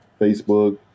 Facebook